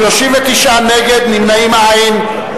39 נגד, נמנעים אין.